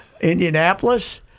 Indianapolis